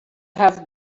have